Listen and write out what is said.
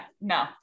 no